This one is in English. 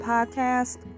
Podcast